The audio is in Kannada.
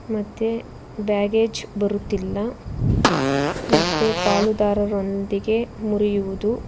ಮತ್ತೆ ಬ್ಯಾಗೇಜ್ ಬರುತ್ತಿಲ್ಲ ಮತ್ತೆ ಪಾಲುದಾರರೊಂದಿಗೆ ಮುರಿಯುವುದು